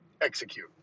execute